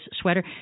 sweater